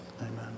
Amen